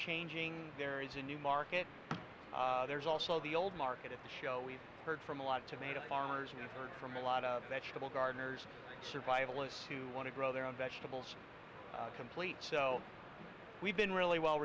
changing there is a new market there's also the old market at the show we've heard from a lot of tomato farmers ministers from a lot of vegetable gardeners survivalists who want to grow their own vegetables complete so we've been really well